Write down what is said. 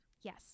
Yes